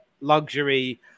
luxury